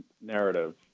narrative